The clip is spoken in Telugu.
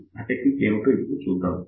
ఆ టెక్నిక్ ఏమిటో ఇప్పుడు చూద్దాం